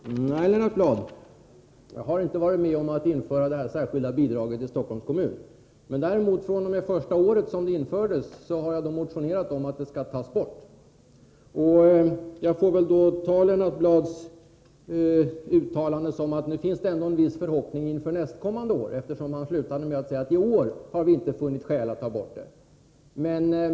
Herr talman! Nej, Lennart Bladh, jag har inte varit med om att införa det särskilda bidraget till Stockholms kommun. Däremot har jag alltifrån det första året det infördes motionerat om att det skulle tas bort. Jag får väl tolka Lennart Bladhs uttalande så att det ändå finns en viss förhoppning om att det blir en ändring nästkommande år, eftersom Lennart Bladh slutade med att säga att man ”inte i år” funnit skäl att ta bort bidraget.